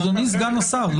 אדוני סגן השר,